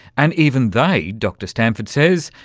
and even they, dr stanford says,